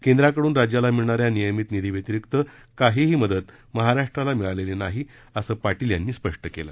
केंद्राकडून राज्याला मिळणाऱ्या नियमित निधीव्यतिरिक्त काहीही मदत महाराष्ट्राला मिळालेली नाही असं पाटील यांनी स्पष्ट केलं